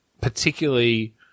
particularly